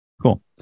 Cool